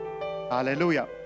Hallelujah